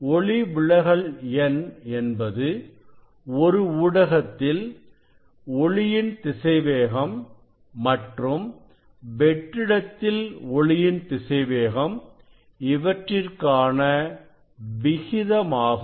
ஒளிவிலகல் எண் என்பது ஒரு ஊடகத்தில் ஒளியின் திசைவேகம் மற்றும் வெற்றிடத்தில் ஒளியின் திசைவேகம் இவற்றிற்கான விகிதமாகும்